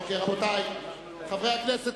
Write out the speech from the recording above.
רבותי חברי הכנסת,